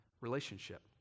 relationship